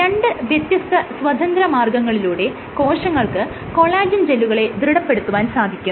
രണ്ട് വ്യത്യസ്ത സ്വതന്ത്ര മാർഗ്ഗങ്ങളിലൂടെ കോശങ്ങൾക്ക് കൊളാജെൻ ജെല്ലുകളെ ദൃഢപ്പെടുത്തുവാൻ സാധിക്കും